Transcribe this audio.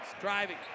driving